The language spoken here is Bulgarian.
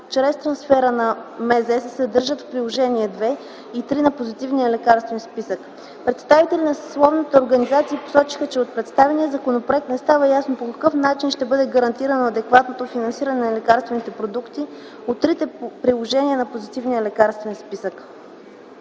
на здравеопазването, се съдържат в Приложение № 2 и 3 на Позитивния лекарствен списък. Представителите на съсловната организация посочиха, че от представения законопроект не става ясно по какъв начин ще бъде гарантирано адекватното финансиране на лекарствените продукти от трите приложения на Позитивния лекарствен списък.